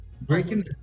Breaking